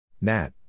Nat